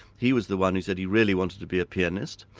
he was the one who said he really wanted to be a pianist,